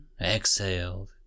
exhaled